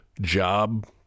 job